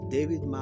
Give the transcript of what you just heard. David